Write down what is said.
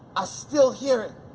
i still hear it.